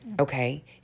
okay